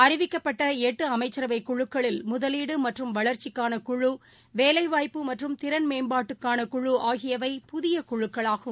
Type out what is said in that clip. அறிவிக்கப்பட்டளட்டுஅமைச்சரவைக் குழுக்களில் முதலீடுமற்றும் வளர்ச்சிக்கான குழு வேலைவாய்ப்பு மற்றும் திறன் மேம்பாட்டுக்கான குழு ஆகியவை புதியகுழுக்களாகும்